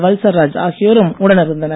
வல்சராஜ் ஆகியோரும் உடன் இருந்தனர்